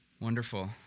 Wonderful